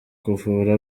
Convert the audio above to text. kuvura